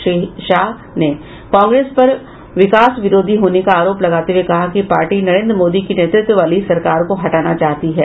श्री शाह ने कांग्रेस पर विकास विरोधी होने का आरोप लगाते हुए कहा कि पार्टी नरेन्द्र मोदी के नेतृत्व वाली सरकार को हटाना चाहती है